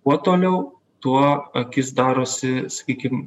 kuo toliau tuo akis darosi sakykim